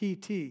PT